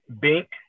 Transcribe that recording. Bink